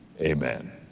amen